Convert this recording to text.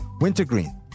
wintergreen